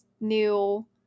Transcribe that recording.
new